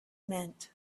meant